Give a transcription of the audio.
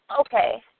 okay